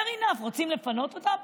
fair enough, רוצים לפנות אותם?